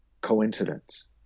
coincidence